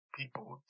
people